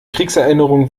kriegserinnerungen